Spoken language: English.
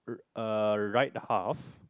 uh right half